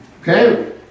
Okay